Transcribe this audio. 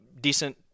decent